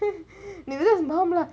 Nivetha : nivetha's mom lah